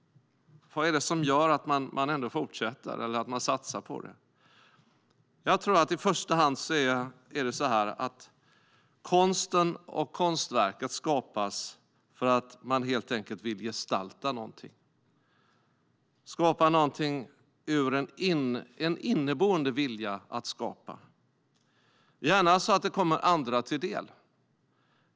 Vad är det som gör att man ändå fortsätter eller satsar på det? Jag tror att det i första hand är så att konsten och konstverket skapas för att man helt enkelt vill gestalta någonting, skapa någonting ur en inneboende vilja att skapa, gärna så att det kommer andra till del.